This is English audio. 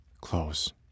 close